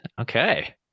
Okay